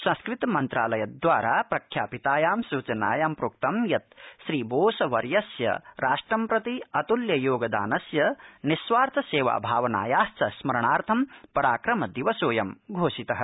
संस्कृतिमन्त्रालयद्वारा प्रख्यापितायाम् सूचनायां प्रोक्तं यत् श्रीबोसवर्यस्य राष्ट्रं प्रति अतुल्योगदानस्य निःस्वार्थ सेवाभावनायाश्च स्मरणार्थं पराक्रम दिवसोऽयं घोषितः